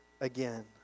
again